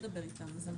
--- לדבר איתם.